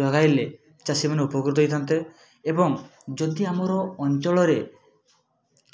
ଯଗାଇଲେ ଚାଷୀମାନେ ଉପକୃତ ହେଇଥାଆନ୍ତେ ଏବଂ ଯଦି ଆମର ଅଞ୍ଚଳରେ